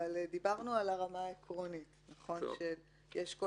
אבל דיברנו על הרמה העקרונית כי יש כל